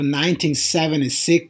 1976